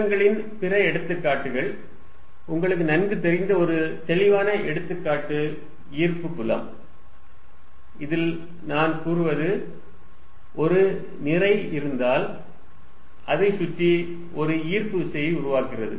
புலங்களின் பிற எடுத்துக்காட்டுகள் உங்களுக்கு நன்கு தெரிந்த ஒரு தெளிவான எடுத்துக்காட்டு ஈர்ப்புப் புலம் இதில் நான் கூறுவது ஒரு நிறை இருந்தால் அதைச் சுற்றி ஒரு ஈர்ப்பு விசையை உருவாக்குகிறது